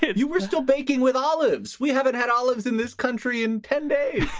you were still baking with olives. we haven't had olives in this country in ten days,